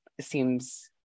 seems